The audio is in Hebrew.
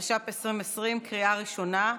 התש"ף 2020, לקריאה ראשונה,